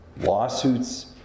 lawsuits